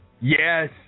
Yes